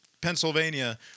Pennsylvania